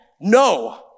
no